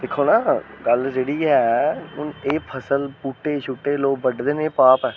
दिक्खो ना गल्ल जेह्ड़ी ऐ हून एह् फसल बूह्टे बधदे एह् पाप ऐ